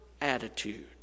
attitude